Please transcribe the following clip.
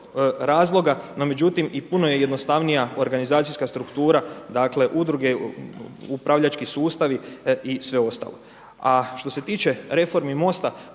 razloga no međutim i puno je jednostavnija organizacijska struktura dakle udruge, upravljački sustavi i sve ostalo. A što se tiče reformi MOST-a,